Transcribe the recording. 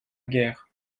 guerre